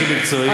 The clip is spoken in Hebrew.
אנשים מקצועיים,